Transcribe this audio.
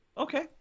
Okay